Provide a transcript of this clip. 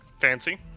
Fancy